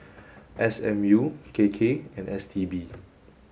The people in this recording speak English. S M U K K and S T B